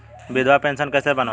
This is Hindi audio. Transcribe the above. विधवा पेंशन कैसे बनवायें?